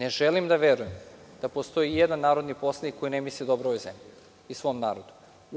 ne želim da verujem da postoji i jedan narodni poslanik koji ne misli dobro ovoj zemlji i svom narodu.